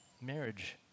marriage